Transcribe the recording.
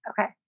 Okay